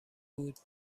بود